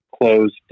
closed